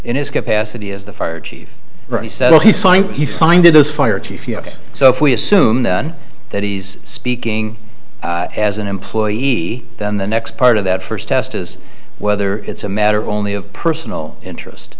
in his capacity as the fire chief he said he signed he signed it as fire chief so if we assume then that he's speaking as an employee then the next part of that first test is whether it's a matter only of personal interest